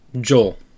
joel